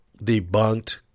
debunked